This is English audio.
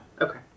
Okay